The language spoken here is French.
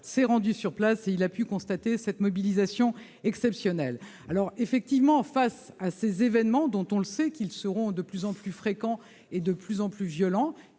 s'est rendu sur place et il a pu constater cette mobilisation exceptionnelle. Face à ces événements, dont on sait qu'ils seront de plus en plus fréquents et de plus en plus violents,